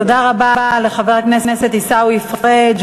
תודה רבה לחבר הכנסת עיסאווי פריג'.